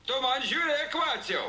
tu man žiūrėk vaciau